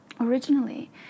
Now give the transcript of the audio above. originally